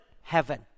heaven